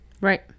Right